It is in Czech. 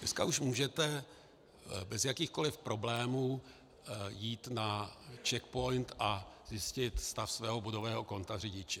Dneska už můžete bez jakýchkoli problémů jít na CzechPOINT a zjistit stav svého bodového konta řidiče.